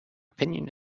opinion